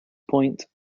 point